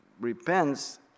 repents